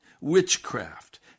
witchcraft